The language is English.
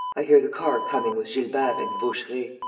i hear the car coming with gilbert and vaucheray.